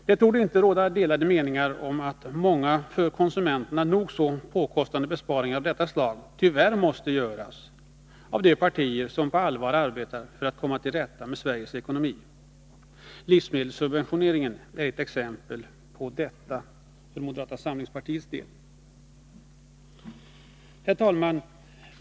Det torde inte råda delade meningar om att många för konsumenterna nog så påkostande besparingar av detta slag tyvärr måste göras av de partier som på allvar har arbetat för att komma till rätta med Sveriges ekonomi. Livsmedelssubventioneringen är ett exempel på detta för moderata samlingspartiets del. Herr talman!